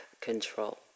control